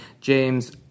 James